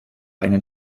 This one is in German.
einen